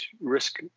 risk